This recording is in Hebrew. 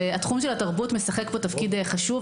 והתחום של התרבות משחק פה תפקיד חשוב,